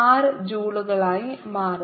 0 ജൂളുകളായി മാറുന്നു